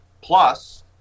plus